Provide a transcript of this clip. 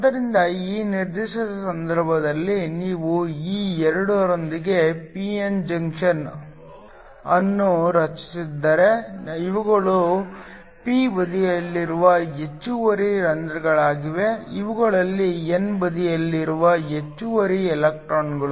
ಆದ್ದರಿಂದ ಈ ನಿರ್ದಿಷ್ಟ ಸಂದರ್ಭದಲ್ಲಿ ನೀವು ಈ 2 ರೊಂದಿಗೆ p n ಜಂಕ್ಷನ್ ಅನ್ನು ರಚಿಸಿದರೆ ಇವುಗಳು p ಬದಿಯಲ್ಲಿರುವ ಹೆಚ್ಚುವರಿ ರಂಧ್ರಗಳಾಗಿವೆ ಇವುಗಳು n ಬದಿಯಲ್ಲಿರುವ ಹೆಚ್ಚುವರಿ ಎಲೆಕ್ಟ್ರಾನ್ಗಳು